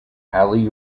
ali